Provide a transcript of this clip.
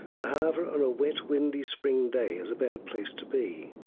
le havre on a wet, windy spring day is a bad place to be,